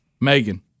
Megan